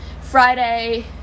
Friday